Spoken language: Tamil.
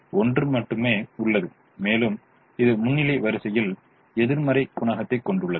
1 மட்டுமே உள்ளது மேலும் இது முன்னிலை வரிசையில் எதிர்மறை குணகத்தைக் கொண்டுள்ளது